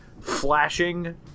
flashing